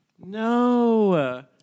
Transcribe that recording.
No